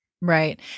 Right